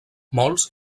molts